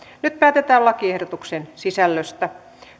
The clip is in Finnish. nyt päätetään lakiehdotuksen sisällöstä